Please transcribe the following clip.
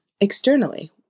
externally